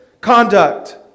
conduct